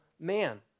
man